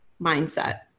mindset